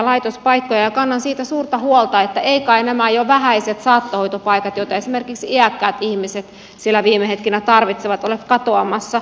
kannan siitä suurta huolta että eivät kai nämä jo vähäiset saattohoitopaikat joita esimerkiksi iäkkäät ihmiset siinä viime hetkinä tarvitsevat ole katoamassa